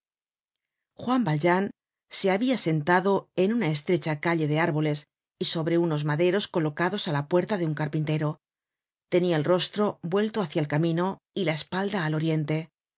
juan valjean se habia sentado en una estrecha calle de árboles y sobre unos maderos colocados á la puerta de un carpintero tenia el rostro vuelto hácia el camino y la espalda al oriente